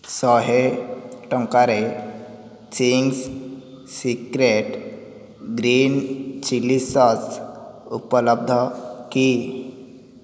ଶହେ ଟଙ୍କାରେ Ching's secret green chilli sauce ଉପଲବ୍ଧ କି